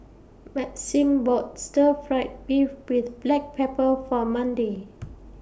Maxim bought Stir Fry Beef with Black Pepper For Mandi